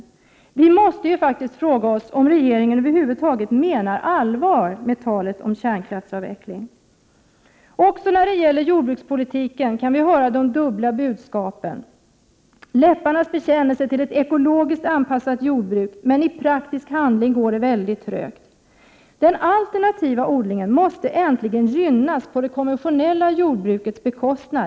Man måste faktiskt fråga sig om regeringen över huvud taget menar allvar med talet om kärnkraftsavveckling. Även när det gäller jordbrukspolitiken kan vi höra de dubbla budskapen. Läpparnas bekännelse till ett ekologiskt anpassat jordbruk har förekommit, meni praktisk handling går det mycket trögt. Den alternativa odlingen måste äntligen gynnas på det konventionella jordbrukets bekostnad.